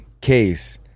case